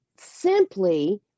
simply